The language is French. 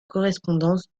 correspondance